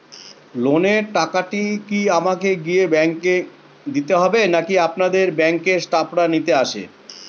লোনের টাকাটি কি আমাকে গিয়ে ব্যাংক এ দিতে হবে নাকি আপনাদের ব্যাংক এর স্টাফরা নিতে আসে?